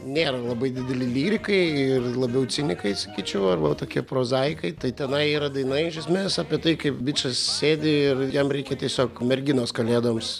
nėra labai dideli lyrikai ir labiau cinikai sakyčiau arba tokie prozaikai tai tenai yra daina iš esmės apie tai kaip bičas sėdi ir jam reikia tiesiog merginos kalėdoms